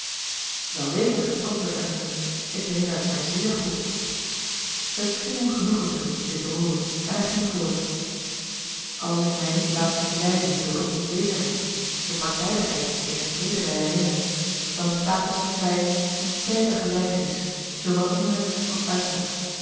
geleek welzeker antwoordde elinor ik herinner het mij zéér goed het scheen hem genoegen te doen dit te hooren en hij ging voort als ik mij niet laat misleiden door de onzekerheid de partijdigheid eener teedere herinnering dan bestaat tusschen hen beiden een sterke gelijkenis zoowel innerlijk als uiterlijk